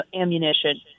ammunition